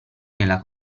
nella